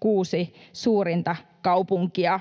kuusi suurinta kaupunkia.